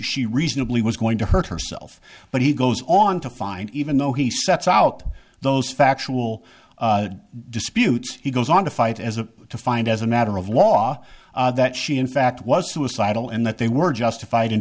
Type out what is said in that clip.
she reasonably was going to hurt herself but he goes on to find even though he sets out those factual disputes he goes on to fight as a to find as a matter of law that she in fact was suicidal and that they were justified in